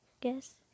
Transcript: guess